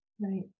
Right